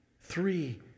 Three